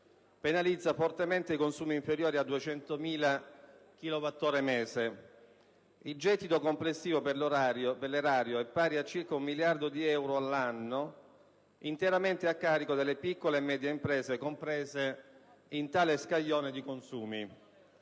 penalizza fortemente i consumi inferiori a 200.000 chilowattora al mese. Il gettito complessivo per l'erario è pari a circa un miliardo di euro all'anno interamente a carico delle piccole e medie imprese comprese in tale scaglione di consumi.